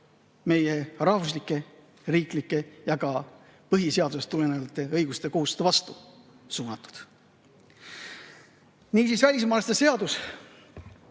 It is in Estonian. meie rahvuslike, riiklike ja ka põhiseadusest tulenevate õiguste ja kohustuste vastu suunatud. Niisiis, välismaalaste seadus